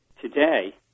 today